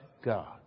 God